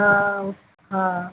हाँ ओ हाँ